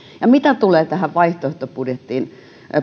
ja mitä tulee tähän vaihtoehtobudjettiin